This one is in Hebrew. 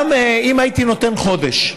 גם אם הייתי נותן חודש,